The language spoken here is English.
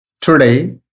Today